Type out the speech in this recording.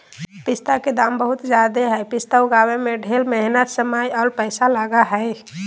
पिस्ता के दाम बहुत ज़्यादे हई पिस्ता उगाबे में ढेर मेहनत समय आर पैसा लगा हई